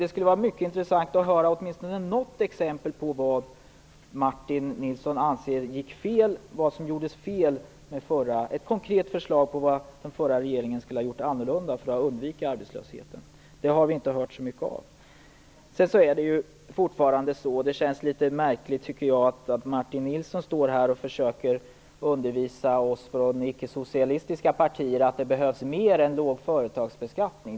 Det skulle vara mycket intressant att höra åtminstone något exempel på vad Martin Nilsson anser gjordes fel och om han kan ge ett konkret förslag om vad den förra regeringen skulle ha gjort annorlunda för att undvika arbetslöshet. Det har vi inte hört så mycket om. Det känns litet märkligt att Martin Nilsson står här och försöker undervisa oss i de icke-socialistiska partierna om att det behövs mer än låg företagsbeskattning.